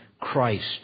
Christ